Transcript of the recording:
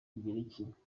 rw’igiheburayi